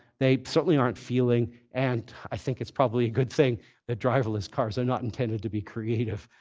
they certainly aren't feeling. and i think it's probably a good thing that driverless cars are not intended to be creative,